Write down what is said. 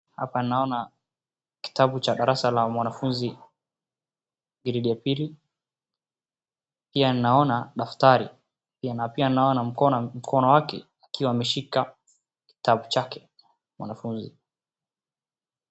Hapa naona kitabu cha darasa la mwanafunzi gredi ya pili, pia naona daftari, na pia naona mkono wake, akiwa ameshika kitabu chake, mwanafunzi.